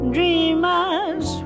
Dreamers